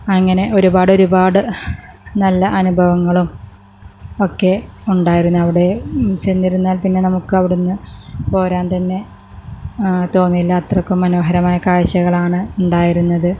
അങ്ങനെ ഒരുപാട് ഒരുപാട് നല്ല അനുഭവങ്ങളും ഒക്കെ ഉണ്ടായിരുന്ന അവിടെ ചെന്നിരുന്നാൽ പിന്നെ നമുക്ക് അവിടെ നിന്ന് പോരുവാൻ തന്നെ തോന്നിയില്ല അത്രക്കും മനോഹരമായ കാഴ്ചകളാണ് ഉണ്ടായിരുന്നത്